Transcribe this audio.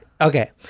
okay